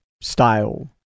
style